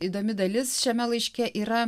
įdomi dalis šiame laiške yra